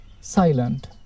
silent